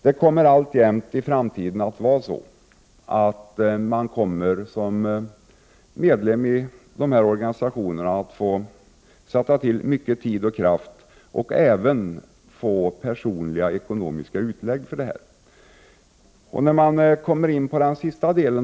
Det kommer alltjämt i framtiden att vara så att medlemmarna i dessa organisationer får sätta till mycket tid och kraft och även göra personliga ekonomiska utlägg.